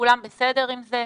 כולם בסדר עם זה.